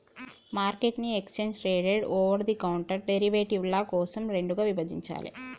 మార్కెట్ను exchange traded, over the counter డెరివేటివ్ల కోసం రెండుగా విభజించాలే